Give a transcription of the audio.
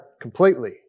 completely